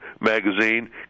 magazine